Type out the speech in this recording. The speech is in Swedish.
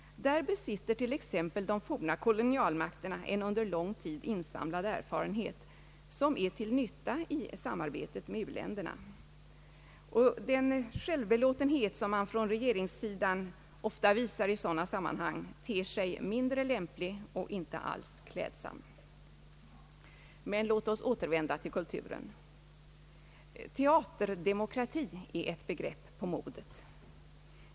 Där besitter de forna kolonialmakterna en under lång tid insamlad erfarenhet, som är till nytta för samarbetet med u-länderna. Regeringens självbelåtenhet ter sig i sådana sammanhang mindre lämplig och alls inte klädsam. Men låt oss återvända till kulturen. Teaterdemokrati är ett begrepp på modet.